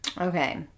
Okay